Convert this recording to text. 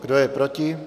Kdo je proti?